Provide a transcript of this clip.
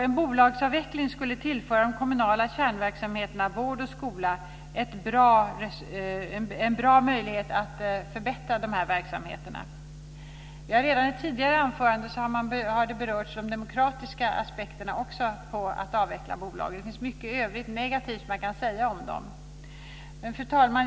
En bolagsavveckling skulle medföra en god möjlighet att förbättra de kommunala kärnverksamheterna vård och skola. De demokratiska aspekterna på en avveckling av de kommunala bolagen har berörts i ett tidigare anförande. Det finns mycket i övrigt negativt som man kan säga om de kommunala bolagen. Fru talman!